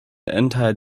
entire